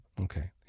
okay